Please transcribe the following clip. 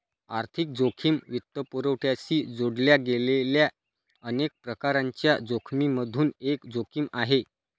आर्थिक जोखिम वित्तपुरवठ्याशी जोडल्या गेलेल्या अनेक प्रकारांच्या जोखिमिमधून एक जोखिम आहे